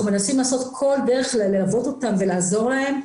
מנסים לעשות כל דרך ללוות אותם ולעזור להם,